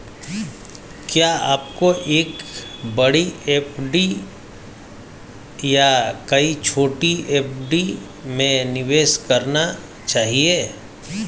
क्या आपको एक बड़ी एफ.डी या कई छोटी एफ.डी में निवेश करना चाहिए?